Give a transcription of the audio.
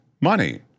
money